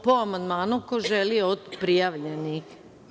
Po amandmanu, ko želi od prijavljenih?